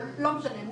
לא משנה,